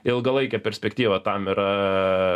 ilgalaikė perspektyva tam yra